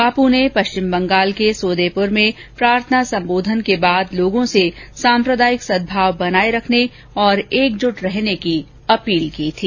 बापू ने पश्चिम बंगाल के सोदेपुर में प्रार्थना संबोधन के बाद लोगों से साम्प्रदायिक सद्भाव बनाये रखने और एकजुट रहने की अपील की थी